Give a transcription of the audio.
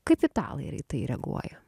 kaip italai į tai reaguoja